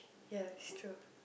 ya it's true